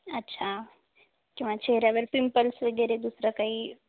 अच्छा किंवा चेहऱ्यावर पिंपल्स वगैरे दुसरं काही